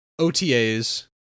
OTAs